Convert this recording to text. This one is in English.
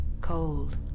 cold